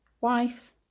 wife